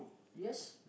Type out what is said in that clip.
yes